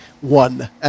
one